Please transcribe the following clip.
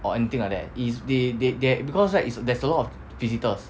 or anything like that is they they they because right there is there is a lot of visitors